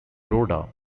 rhoda